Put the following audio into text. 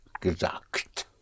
gesagt